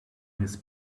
his